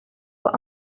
were